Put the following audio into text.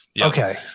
Okay